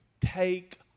take